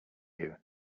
you